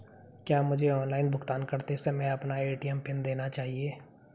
क्या मुझे ऑनलाइन भुगतान करते समय अपना ए.टी.एम पिन देना चाहिए?